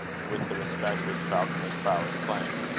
with the respect which falconer's prowess claimed.